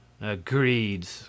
Agreed